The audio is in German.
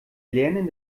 lernen